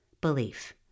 Belief